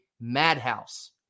madhouse